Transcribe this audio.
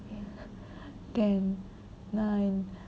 ten nine